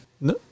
No